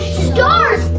stars,